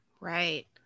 right